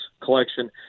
collection